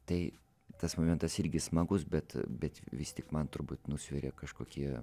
tai tas momentas irgi smagus bet bet vis tik man turbūt nusveria kažkokie